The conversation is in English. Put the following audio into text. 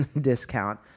discount